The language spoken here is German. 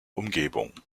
umgebung